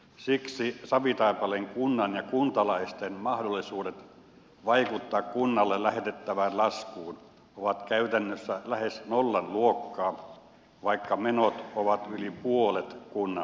siksi savitaipaleen kunnan ja kuntalaisten mahdollisuudet vaikuttaa kunnalle lähetettävään laskuun ovat käytännössä lähes nollan luokkaa vaikka menot ovat yli puolet kunnan budjetista